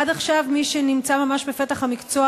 עד עכשיו מי שנמצא ממש בפתח המקצוע,